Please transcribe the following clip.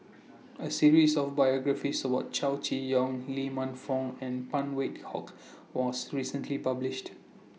A series of biographies What Chow Chee Yong Lee Man Fong and Phan Wait Hong was recently published